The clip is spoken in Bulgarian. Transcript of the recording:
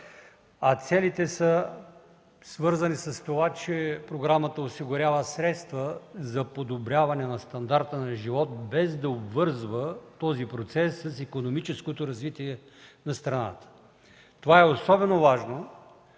А целите са свързани с това, че програмата осигурява средства за подобряване стандарта на живот без да обвързва процеса с икономическото развитие на страната. Това е особено важно,